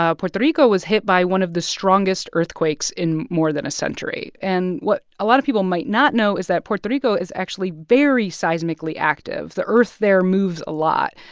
puerto rico was hit by one of the strongest earthquakes in more than a century. and what a lot of people might not know is that puerto rico is actually very seismically active. the earth there moves a lot.